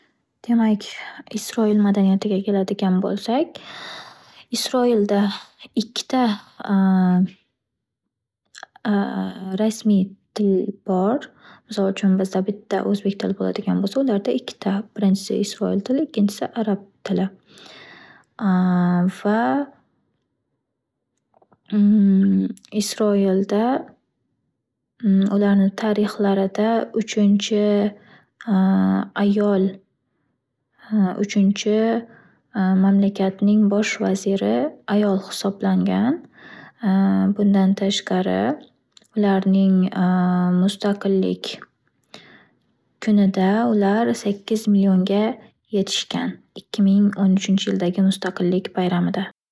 Demak Isroil madaniyatiga keladigan bo’lsak, Isroilda ikkita rasmiy til bor. Misol uchun bizda bitta o’zbek tili bo’ladigan bo’lsa, ularda ikkita birinchisi isroil tili ikkinchisi arab tili va isroilda ularni tarixlarida ularni tarixlarida uchinchi ayol uchunchi mamlakatning bosh Vaziri ayol hisoblangan bundan tashqari ularning mustaqillik kunida ular sakkiz millionga yetishgan ikki ming o’n uchinchi yildagi mustaqillik bayramida.